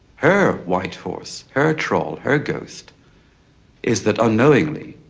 her white horse, her troll, her ghost is that, unknowingly,